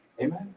Amen